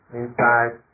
inside